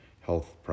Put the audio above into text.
health